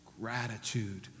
Gratitude